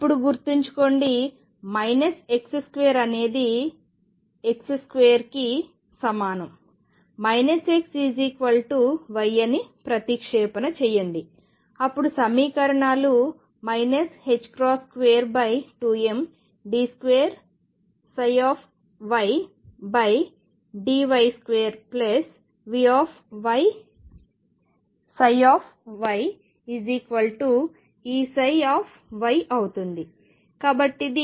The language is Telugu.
ఇప్పుడు గుర్తుంచుకోండి x2 అనేది x2 కి సమానం xy అని ప్రతిక్షేపణ చెయ్యండి అప్పుడు సమీకరణాలు 22md2ydy2VyyEψ అవుతుంది